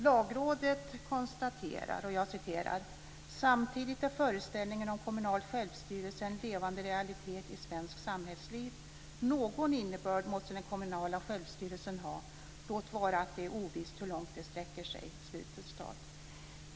Lagrådet konstaterar, och jag citerar: "Samtidigt är föreställningen om kommunal självstyrelse en levande realitet i svenskt samhällsliv. Någon innebörd måste den kommunala självstyrelsen ha, låt vara att det är ovisst hur långt den sträcker sig."